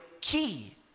key